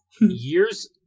years